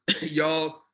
y'all